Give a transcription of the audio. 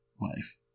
life